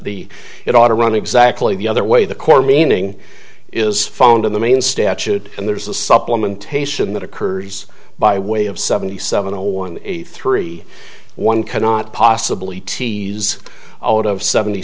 the it ought to run exactly the other way the core meaning is found in the main statute and there's a supplement taishan that occurs by way of seventy seven zero one eight three one cannot possibly tease out of seventy